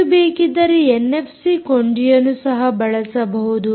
ನೀವು ಬೇಕಿದ್ದರೆ ಎನ್ಎಫ್ಸಿ ಕೊಂಡಿಯನ್ನು ಸಹ ಬಳಸಬಹುದು